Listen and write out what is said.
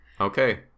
okay